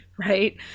Right